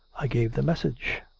i gave the message.